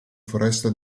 foresta